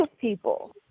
people